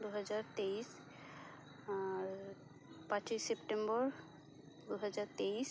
ᱫᱩ ᱦᱟᱡᱟᱨ ᱛᱮᱭᱤᱥ ᱟᱨ ᱯᱟᱸᱪᱮᱭ ᱥᱮᱯᱴᱮᱢᱵᱚᱨ ᱫᱩ ᱦᱟᱡᱟᱨ ᱛᱮᱭᱤᱥ